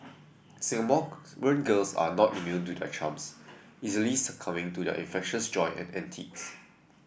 girls are not immune to their charms easily succumbing to their infectious joy and antics